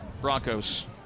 Broncos